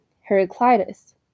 Heraclitus